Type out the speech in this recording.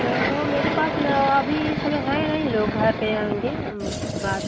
चलो मेरी पास न अभी इस समय हे नही लोग घर पर आएंगे हम बात